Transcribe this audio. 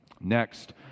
Next